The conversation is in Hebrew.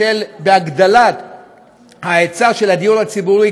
בהגדלת ההיצע של הדיור הציבורי,